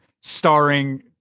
Starring